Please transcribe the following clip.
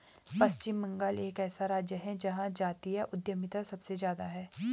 पश्चिम बंगाल एक ऐसा राज्य है जहां जातीय उद्यमिता सबसे ज्यादा हैं